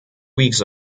weeks